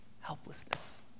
helplessness